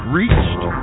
reached